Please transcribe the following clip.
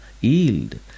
yield